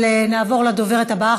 נעבור לדוברת הבאה.